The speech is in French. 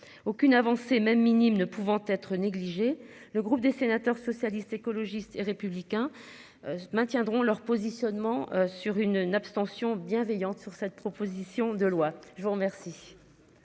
aucune avancée même minime ne pouvant être négligé. Le groupe des sénateurs socialistes écologistes républicains. Maintiendront leur positionnement sur une une abstention bienveillante sur cette proposition de loi, je vous remercie.